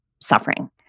suffering